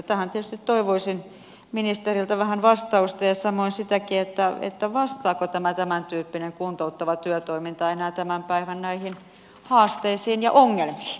tähän tietysti toivoisin ministeriltä vähän vastausta ja samoin siihenkin vastaako tämä tämäntyyppinen kuntouttava työtoiminta enää tänä päivänä näihin haasteisiin ja ongelmiin